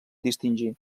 distingir